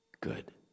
good